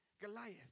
Goliath